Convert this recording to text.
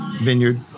vineyard